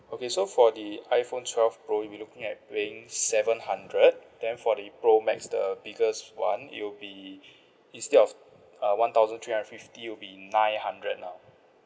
okay so for the iPhone twelve pro you'll be looking at paying seven hundred then for the pro max the biggest [one] it'll be instead of uh one thousand three hundred and fifty will be nine hundred now